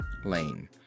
Lane